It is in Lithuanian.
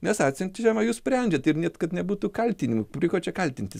nes atsiunčiama jūs sprendžiat ir net kad nebūtų kaltinimų prie ko čia kaltintis